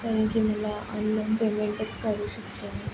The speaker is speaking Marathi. कारण की मला ऑनलाईन पेमेंटच करू शकते मी